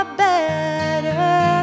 better